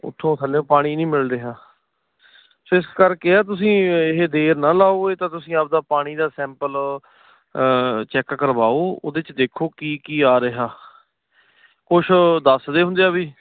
ਉਥੋਂ ਥੱਲਿਓਂ ਪਾਣੀ ਨਹੀਂ ਮਿਲ ਰਿਹਾ ਸੋ ਇਸ ਕਰਕੇ ਆ ਤੁਸੀਂ ਇਹ ਦੇਰ ਨਾ ਲਾਓ ਇਹ ਤਾਂ ਤੁਸੀਂ ਆਪਦਾ ਪਾਣੀ ਦਾ ਸੈਂਪਲ ਚੈੱਕ ਕਰਵਾਓ ਉਹਦੇ 'ਚ ਦੇਖੋ ਕੀ ਕੀ ਆ ਰਿਹਾ ਕੁਛ ਦੱਸਦੇ ਹੁੰਦੇ ਆ ਬਈ